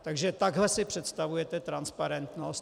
Takže takhle si představujete transparentnost?